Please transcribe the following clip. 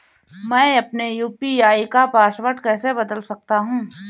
मैं अपने यू.पी.आई का पासवर्ड कैसे बदल सकता हूँ?